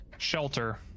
Shelter